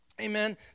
Amen